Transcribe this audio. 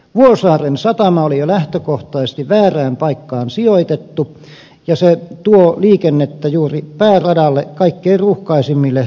vuosaaren satama oli jo lähtökohtaisesti väärään paikkaan sijoitettu ja se tuo liikennettä juuri pääradalle kaikkein ruuhkaisimmille osuuksille